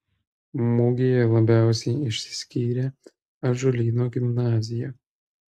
mugėje labiausiai išsiskyrė ąžuolyno gimnazija